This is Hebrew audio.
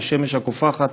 בשמש הקופחת.